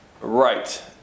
Right